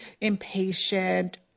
impatient